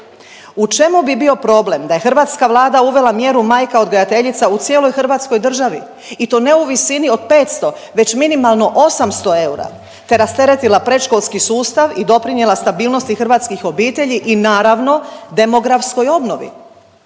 U čemu bi bio problem da je hrvatska Vlada uvela mjeru majka odgajateljica u cijeloj hrvatskoj državi i to ne u visini od 500 već minimalno 800 eura te rasteretila predškolski sustav i doprinijela stabilnosti hrvatskih obitelji i naravno demografskoj obnovi?